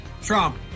Trump